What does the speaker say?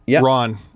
Ron